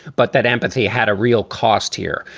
but that empathy had a real cost here,